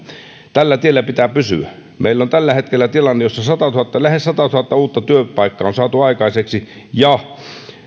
tällä tiellä pitää pysyä meillä on tällä hetkellä tilanne jossa lähes satatuhatta uutta työpaikkaa on saatu aikaiseksi ja